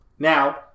Now